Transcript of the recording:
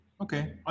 okay